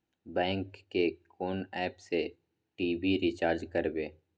Bank के कोन app से टी.वी रिचार्ज करबे?